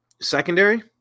secondary